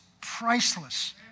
priceless